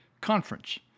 conference